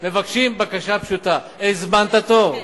מבקשים בקשה פשוטה: הזמנת תור,